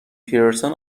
پیرسون